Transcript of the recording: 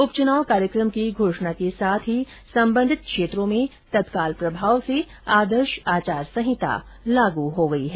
उपचुनाव कार्यक्रम की घोषणा के साथ ही संबंधित क्षेत्रों में तत्काल प्रभाव से आदर्श आचार संहिता लागू हो गई है